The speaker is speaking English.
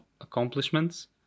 accomplishments